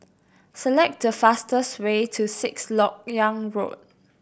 select the fastest way to Sixth Lok Yang Road